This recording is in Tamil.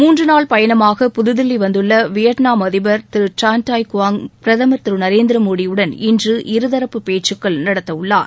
மூன்று நாள் பயணமாக புதுதில்லி வந்துள்ள வியட்நாம் அதிபர் ட்ரான் டாய் குயாங் பிரதம் திரு நரேந்திர மோடி உடன் இன்று இருதரப்பு பேச்சுக்கள் நடத்த உள்ளாா்